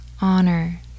honor